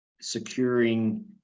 securing